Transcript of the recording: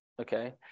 Okay